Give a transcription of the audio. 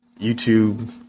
YouTube